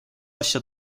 asja